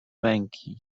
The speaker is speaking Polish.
męki